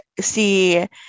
see